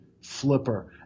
Flipper